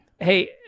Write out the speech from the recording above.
Hey